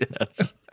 Yes